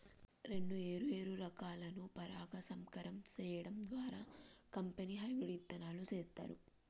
రెండు ఏరు ఏరు రకాలను పరాగ సంపర్కం సేయడం ద్వారా కంపెనీ హెబ్రిడ్ ఇత్తనాలు సేత్తారు